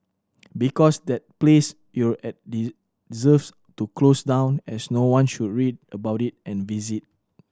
because that place you're at deserves to close down as no one should read about it and visit